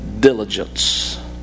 diligence